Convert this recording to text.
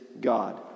God